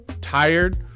tired